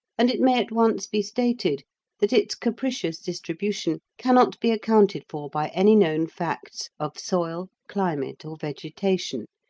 and it may at once be stated that its capricious distribution cannot be accounted for by any known facts of soil, climate, or vegetation,